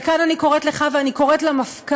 וכאן אני קוראת לך, ואני קוראת למפכ"ל,